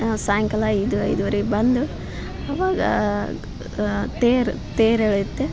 ಸಾಯಂಕಾಲ ಐದು ಐದುವರಿಗೆ ಬಂದು ಅವಾಗ ಆ ತೇರು ತೇರು ಎಳೆಯುತ್ತೆ